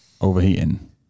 overheating